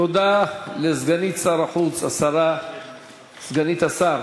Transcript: תודה לסגנית שר החוץ, סגנית השר